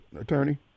attorney